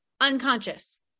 unconscious